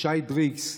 ישי דריקס,